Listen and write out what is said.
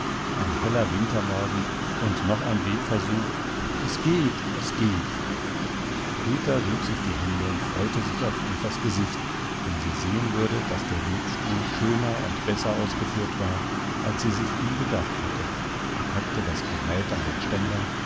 ein heller wintermorgen und noch ein webversuch es geht es geht peter rieb sich die hände und freute sich auf evas gesicht wenn sie sehen würde daß der webstuhl schöner und besser ausgeführt war als sie sich ihn gedacht hatte er packte das gerät an den ständern